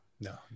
no